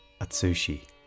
Atsushi